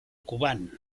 kubán